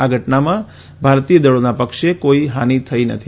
આ ઘટનામાં ભારતીય દળોના પક્ષે કોઈ હાનિ થઈ નથી